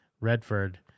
Redford